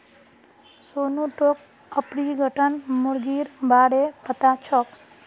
सोनू तोक ऑर्पिंगटन मुर्गीर बा र पता छोक